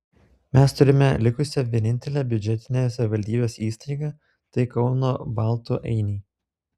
mes turime likusią vienintelę biudžetinę savivaldybės įstaigą tai kauno baltų ainiai